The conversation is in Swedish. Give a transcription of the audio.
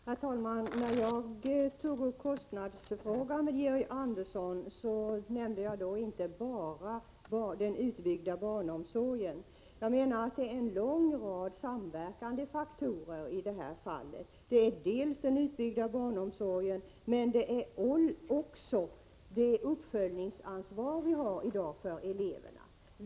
Herr talman! När jag tog upp kostnadsfrågan med Georg Andersson nämnde jag inte bara den utbyggda barnomsorgen. Jag menar att det finns en lång rad samverkande faktorer i det här fallet. Där finns den utbyggda barnomsorgen, men där finns också det uppföljningsansvar för eleverna som vi har i dag.